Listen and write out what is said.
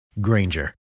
Granger